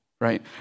right